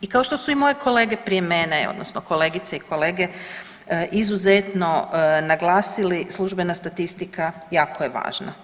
I kao što su i moje kolege prije mene, odnosno kolegice i kolegice izuzetno naglasili službena statistika jako je važna.